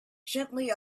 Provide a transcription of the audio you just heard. gently